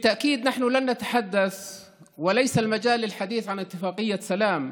לבטח איננו מדברים ואין מקום לדבר על הסכם שלום,